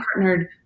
partnered